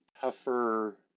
tougher